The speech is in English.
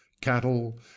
cattle